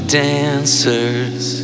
dancers